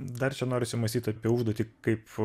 dar čia norisi mąstyt apie užduotį kaip